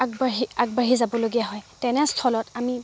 আগবাঢ়ি আগবাঢ়ি যাবলগীয়া হয় তেনে স্থলত আমি